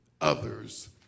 others